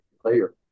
player